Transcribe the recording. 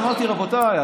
אמרתי: רבותיי,